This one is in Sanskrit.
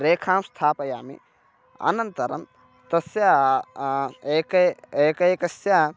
रेखां स्थापयामि अनन्तरं तस्य एकस्य एकैकस्य